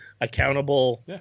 accountable